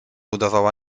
udawała